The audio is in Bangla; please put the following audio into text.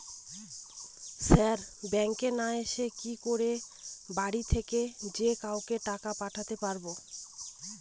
স্যার ব্যাঙ্কে না এসে কি করে বাড়ি থেকেই যে কাউকে টাকা পাঠাতে পারবো?